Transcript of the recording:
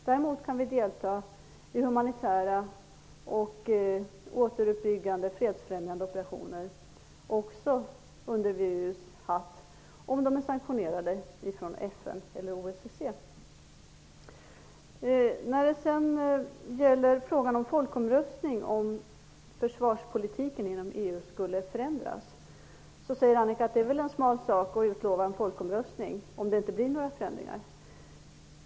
Däremot kan vi delta i humanitära, återuppbyggande och fredsfrämjande operationer under VEU:s hatt, om de är sanktionerade av FN eller När det sedan gäller frågan om att genomföra en folkomröstning om försvarspolitiken inom EU skulle förändras säger Annika Nordgren att det väl är en smal sak att utlova en folkomröstning om det inte blir några förändringar.